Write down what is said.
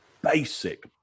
basic